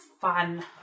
fun